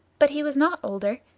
but he was not older,